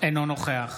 אינו נוכח